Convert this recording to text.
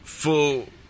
Full